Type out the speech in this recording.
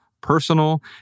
personal